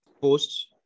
posts